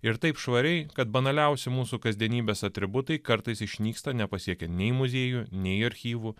ir taip švariai kad banaliausi mūsų kasdienybės atributai kartais išnyksta nepasiekę nei muziejų nei archyvų